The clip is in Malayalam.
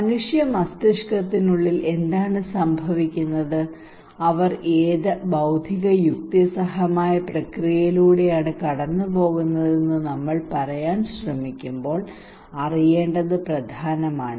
മനുഷ്യ മസ്തിഷ്കത്തിനുള്ളിൽ എന്താണ് സംഭവിക്കുന്നത് അവർ ഏത് ബൌദ്ധിക യുക്തിസഹമായ പ്രക്രിയയിലൂടെയാണ് കടന്നുപോകുന്നത് എന്ന് നമ്മൾ പറയാൻ ശ്രമിക്കുമ്പോൾ അറിയേണ്ടത് പ്രധാനമാണ്